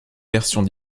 versions